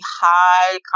high